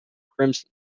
crimson